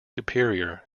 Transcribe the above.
superior